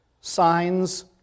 Signs